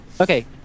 Okay